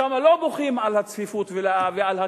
שם לא בוכים על הצפיפות ועל הקרקע,